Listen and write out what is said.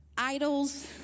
Idols